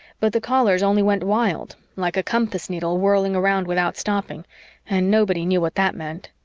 but the callers only went wild like a compass needle whirling around without stopping and nobody knew what that meant.